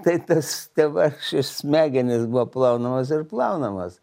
tai tas tie vargšai smegenys buvo plaunamos ir plaunamos